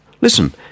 Listen